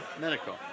medical